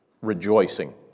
rejoicing